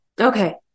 Okay